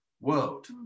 world